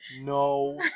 No